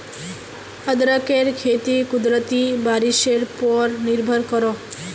अदरकेर खेती कुदरती बारिशेर पोर निर्भर करोह